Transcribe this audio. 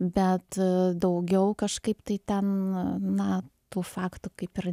bet daugiau kažkaip tai ten na tų faktų kaip ir